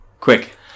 quick